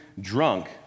drunk